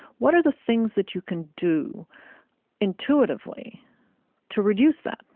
what are the things that you can do intuitively to reduce that,